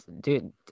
dude